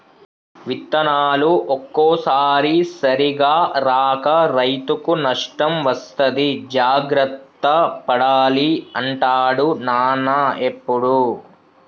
విత్తనాలు ఒక్కోసారి సరిగా రాక రైతుకు నష్టం వస్తది జాగ్రత్త పడాలి అంటాడు నాన్న ఎప్పుడు